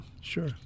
Sure